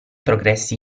progressi